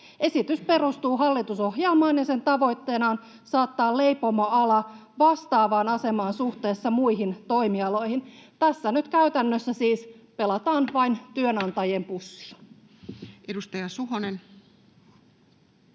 Esitys perustuu hallitusohjelmaan, ja sen tavoitteena on saattaa leipomoala vastaavaan asemaan suhteessa muihin toimialoihin. Tässä nyt käytännössä siis pelataan vain työnantajien